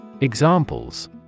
Examples